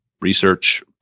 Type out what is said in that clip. research